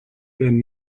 been